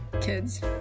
kids